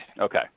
Okay